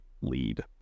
lead